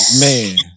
Man